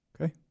Okay